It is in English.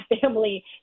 family